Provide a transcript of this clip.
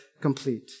complete